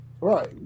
right